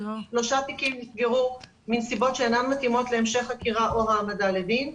שלושה תיקים נסגרו מנסיבות שאינן מתאימות להמשך חקירה או העמדה לדין,